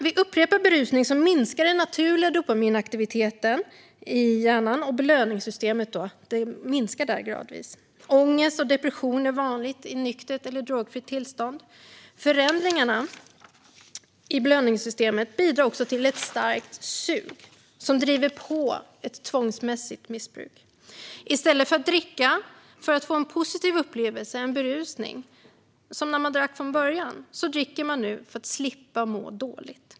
Vid upprepad berusning minskar dock den naturliga dopaminaktiviteten i hjärnans belöningssystem gradvis. Ångest och depression är vanligt i nyktert eller drogfritt tillstånd. Förändringarna i belöningssystemet bidrar också till ett starkt sug, som driver på ett tvångsmässigt missbruk. I stället för att dricka för att få en positiv upplevelse - en berusning, som när man drack från början - dricker man nu för att slippa må dåligt.